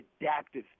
adaptive